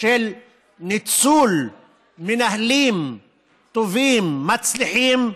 ניצול מנהלים טובים, מצליחים,